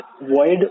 void